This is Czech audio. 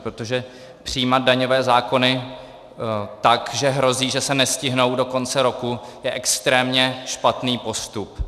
Protože přijímat daňové zákony tak, že hrozí, že se nestihnou do konce roku, je extrémně špatný postup.